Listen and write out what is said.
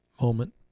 moment